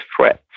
threats